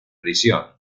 prisión